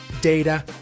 data